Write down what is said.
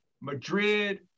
Madrid